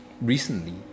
recently